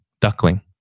duckling